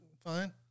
fine